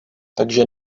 takže